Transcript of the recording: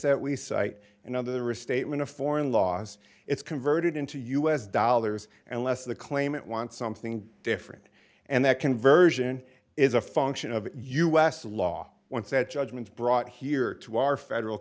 that we cite another restatement of foreign laws it's converted into us dollars unless the claimant wants something different and that conversion is a function of us law once that judgment brought here to our federal